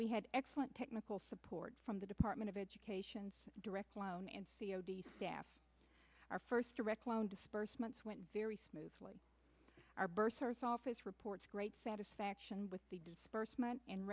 we had excellent technical support from the department of education's direct loan and staff our first direct loan disbursements went very smoothly our bursars office reports great satisfaction with the